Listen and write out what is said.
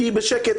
תהיי בשקט,